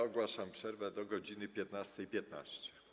Ogłaszam przerwę do godz. 15.15.